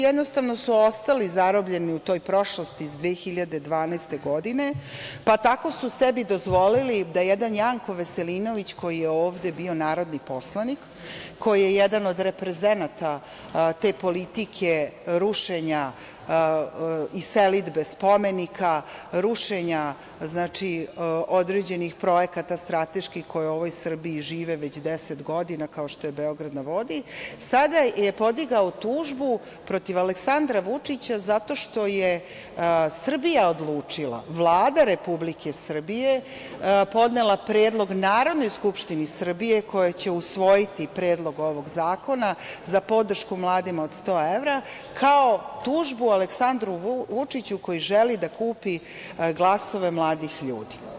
Jednostavno su ostali zarobljeni u toj prošlosti iz 2012. godine, pa su tako sebi dozvolili da jedan Janko Veselinović, koji je ovde bio narodni poslanik, koji je jedan od reprezenata te politike rušenja i selidbe spomenika, rušenja određenih strateških projekata koji u Srbiji žive već deset godina, kao što je „Beograd na vodi“, sada je podigao tužbu protiv Aleksandra Vučića zato što je Srbija odlučila, Vlada Republike Srbije je podnela predlog Narodnoj skupštini Republike Srbije koja će usvojiti Predlog ovog zakona za podršku mladima od 100 evra, kao tužbu Aleksandru Vučiću koji želi da kupi glasove mladih ljudi.